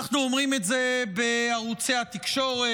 אנחנו אומרים את זה בערוצי התקשורת,